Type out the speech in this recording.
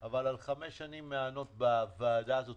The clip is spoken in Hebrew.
אבל על חמש שנים מהנות בוועדה הזאת.